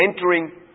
entering